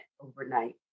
overnight